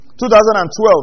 2012